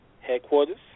headquarters